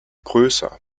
größer